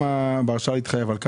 ורכשנו 700. על כל